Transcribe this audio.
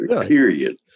period